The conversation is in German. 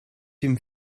dem